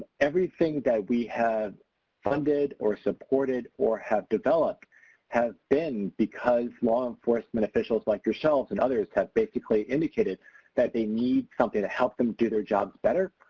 everything that we have funded or supported or have developed has been because law enforcement officials like yourselves and others have basically indicated they need something to help them do their jobs better.